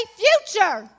future